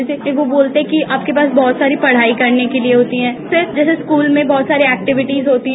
जैसे की वो बोलते हैं कि आपके पास बहुत सारी पढ़ाई करने के लिए होती है फिर जैसे स्कूल में बहुत सारी एक्टिविटी होती है